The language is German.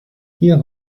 hier